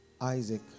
Isaac